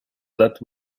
that